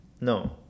no